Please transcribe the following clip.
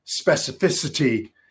specificity